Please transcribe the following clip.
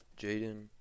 Jaden